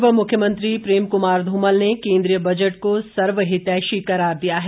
पूर्व मुख्यमंत्री प्रेम क्मार धूमल ने केन्द्रीय बजट को सर्वहितैशी करार दिया है